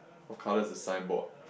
what colour is the sign board